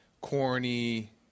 corny